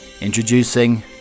introducing